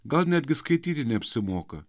gal netgi skaityti neapsimoka